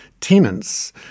tenants